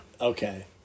Okay